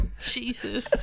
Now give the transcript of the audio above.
Jesus